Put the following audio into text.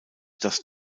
das